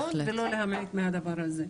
ולא להמעיט בדבר הזה.